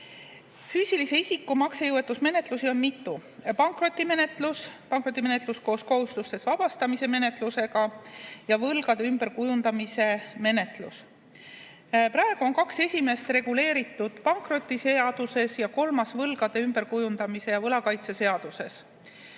isiku maksejõuetuse menetlusi on mitu: pankrotimenetlus, pankrotimenetlus koos kohustustest vabastamise menetlusega ja võlgade ümberkujundamise menetlus. Praegu on kaks esimest reguleeritud pankrotiseaduses ning kolmas võlgade ümberkujundamise ja võlakaitse seaduses.